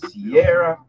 Sierra